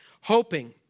hoping